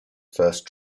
first